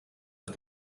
auf